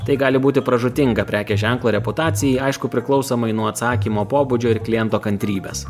tai gali būti pražūtinga prekės ženklo reputacijai aišku priklausomai nuo atsakymo pobūdžio ir kliento kantrybės